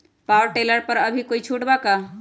Power tiller पर अभी कोई छुट बा का?